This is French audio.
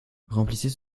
remplissez